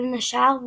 בין השאר,